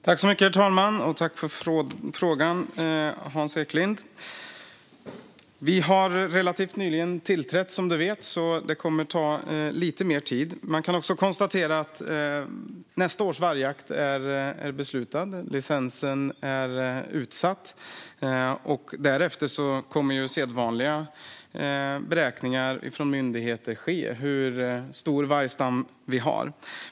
Herr talman! Jag tackar Hans Eklind för frågan. Vi har tillträtt relativt nyligen, som du vet, så det kommer att ta lite mer tid. Beslut har fattats om nästa års vargjakt och om licenserna. Det kommer att ske sedvanliga beräkningar från myndigheter när det gäller hur stor vargstam vi har.